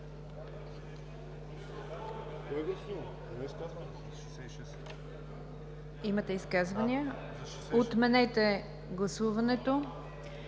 Имате изказване? Отменете гласуването.